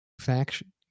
faction